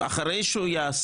על כל החינוך שהיא נתנה.